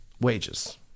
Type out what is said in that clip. wages